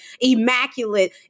immaculate